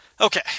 Okay